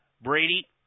Brady